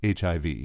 HIV